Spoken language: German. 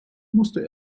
musste